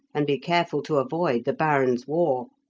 and be careful to avoid the barons' war.